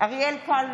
אריאל קלנר,